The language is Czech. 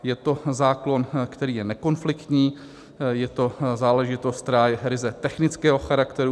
Je to zákon, který je nekonfliktní, je to záležitost, která je ryze technického charakteru.